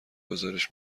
گزارش